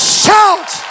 shout